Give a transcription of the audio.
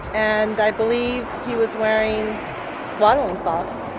and i believe he was wearing swaddling cloths.